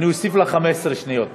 אני אוסיף לך 15 שניות בסוף.